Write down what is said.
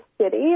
city